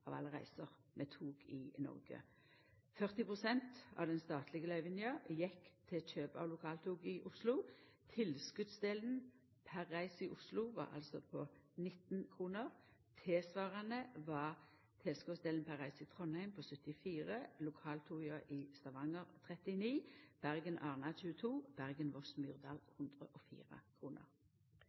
av alle reiser med tog i Noreg. 40 pst. av den statlege løyvinga gjekk til kjøp av lokaltog i Oslo. Tilskottsdelen per reise i Oslo var altså på 19 kr. Tilsvarande var tilskottsdelen per reise i Trondheim på 74 kr, lokaltoga i Stavanger på 39 kr, Bergen–Arna 22 kr og Bergen–Voss–Myrdal 104